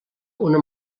una